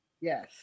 Yes